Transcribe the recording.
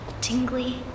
tingly